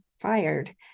fired